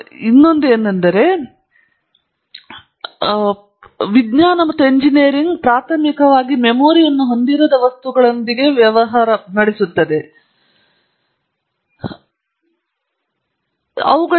ವಾಸ್ತವವಾಗಿ ಎಲ್ಲಾ ವಿಜ್ಞಾನಗಳಲ್ಲಿ ಬಹುತೇಕ ವಿಜ್ಞಾನ ಮತ್ತು ಎಂಜಿನಿಯರಿಂಗ್ ನಾವು ಪ್ರಾಥಮಿಕವಾಗಿ ಮೆಮೊರಿಯನ್ನು ಹೊಂದಿರದ ವಸ್ತುಗಳೊಂದಿಗೆ ವ್ಯವಹರಿಸುತ್ತೇವೆ ಮತ್ತು ಆದ್ದರಿಂದ ನಾವು ಅವರೊಂದಿಗೆ ವ್ಯವಹರಿಸುವ ರೀತಿಯಲ್ಲಿ ಅವರನ್ನು ನಿಭಾಯಿಸಲು ಸಾಧ್ಯವಾಗುತ್ತದೆ